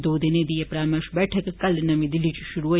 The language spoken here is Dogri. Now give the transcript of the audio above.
दो दिनें दी एह परामर्श बैठक कल नमीं दिल्ली च शुरु होई